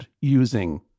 using